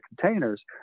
containers